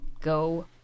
Go